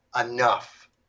enough